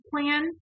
plan